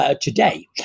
today